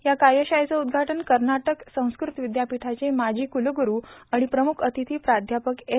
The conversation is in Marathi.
या कार्यशाळेचं उद्धाटन कर्नाटक संस्कृत विद्यापीठाचे माजी कुलगुरू आणि प्रमुख अतिथी प्राध्यापक एम